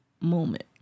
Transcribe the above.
moment